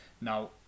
Now